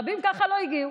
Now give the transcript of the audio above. רבים ככה לא הגיעו.